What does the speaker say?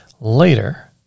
Later